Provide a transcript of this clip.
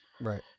right